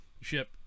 ship